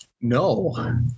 No